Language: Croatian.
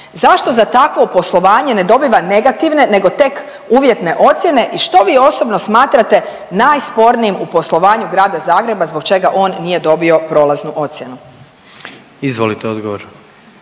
zašto za takvo poslovanje ne dobiva negativne nego tek uvjetne ocjene i što vi osobno smatrate najspornijim u poslovanju grada Zagreba zbog čega on nije dobio prolaznu ocjenu? **Jandroković,